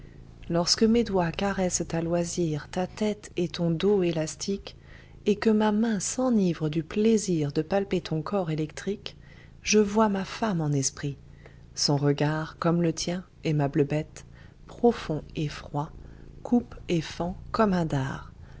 lorsque mes doigts caressent à loisir ta tête et ton dos élastique et que ma main s'enivre du plaisir de palper ton corps électrique je vois ma femme en esprit son regard comme le tien aimable bête profond et froid coupe et fend comme un dard